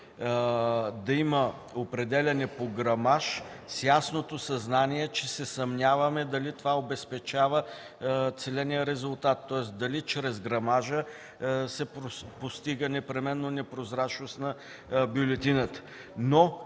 да има определяне по грамаж с ясното съзнание, че се съмняваме дали това обезпечава целения резултат, тоест дали чрез грамажа се постига непременно непрозрачност на бюлетината.